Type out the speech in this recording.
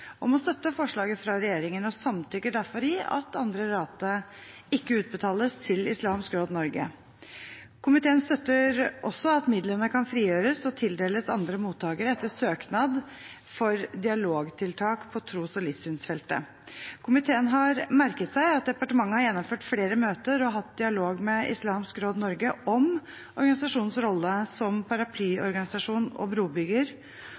om å støtte forslaget fra regjeringen og samtykker derfor i at andre rate ikke utbetales til Islamsk Råd Norge. Komiteen støtter også at midlene kan frigjøres og tildeles andre mottakere etter søknad om dialogtiltak på tros- og livssynsfeltet. Komiteen har merket seg at departementet har gjennomført flere møter og hatt dialog med Islamsk Råd Norge om organisasjonens rolle som paraplyorganisasjon og brobygger,